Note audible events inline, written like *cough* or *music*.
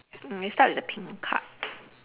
mm we start with the pink card *noise*